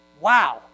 Wow